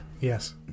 Yes